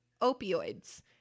opioids